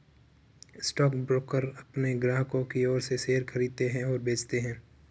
stockbroker अपने ग्राहकों की ओर से शेयर खरीदते हैं और बेचते हैं